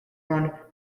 around